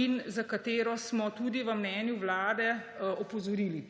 in na katero smo tudi v mnenju Vlade opozorili.